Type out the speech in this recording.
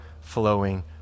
flowing